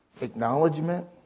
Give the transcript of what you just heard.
acknowledgement